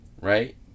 Right